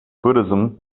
buddhism